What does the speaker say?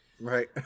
Right